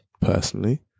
personally